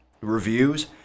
reviews